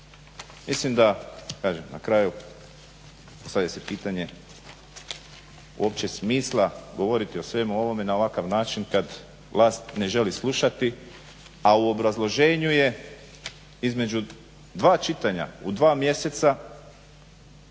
Mislim da, kažem na kraju postavlja se pitanje uopće smisla govoriti o svemu ovome na ovakav način kad vlast ne želi slušati, a u obrazloženju je između dva čitanja u dva mjeseca